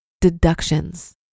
deductions